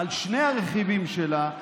על שני הרכיבים שלה,